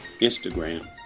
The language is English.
Instagram